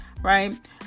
right